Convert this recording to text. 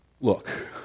look